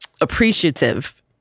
appreciative